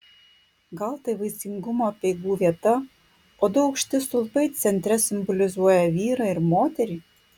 gal tai vaisingumo apeigų vieta o du aukšti stulpai centre simbolizuoja vyrą ir moterį